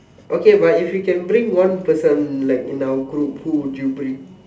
okay but if you can bring one person like in our group who would you bring